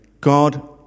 God